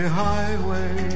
highway